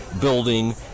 building